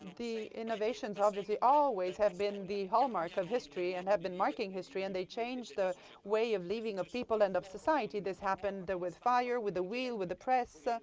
the innovations, obviously, always have been the hallmark of history and have been marking history. and they change the way of living of people and of society. this happened with fire, with the wheel, with the press,